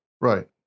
Right